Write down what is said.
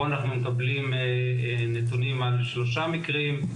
פה אנחנו מקבלים נתונים על שלושה מקרים,